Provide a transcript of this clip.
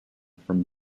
from